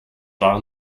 war